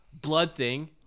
BloodThing